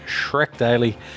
Shrek-Daily